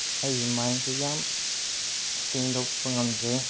ꯑꯩꯒꯤ ꯃꯥꯏꯟꯁꯨ ꯌꯥꯝ ꯁꯦꯡꯗꯣꯛꯄ ꯉꯝꯗ꯭ꯔꯤ